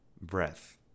breath